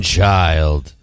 Child